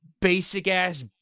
basic-ass